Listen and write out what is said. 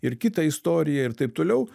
ir kitą istoriją ir taip toliau